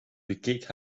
bekeek